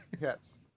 yes